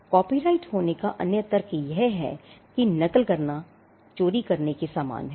copyright होने का अन्य तर्क यह है कि नकल करना चोरी करने के समान है